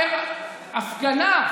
בהפגנה,